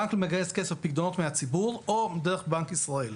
בנק מגייס כסף, פקדונות מהציבור או דרך בנק ישראל.